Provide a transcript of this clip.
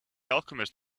alchemist